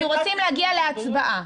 אנחנו רוצים להגיע להצבעה.